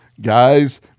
Guys